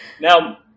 Now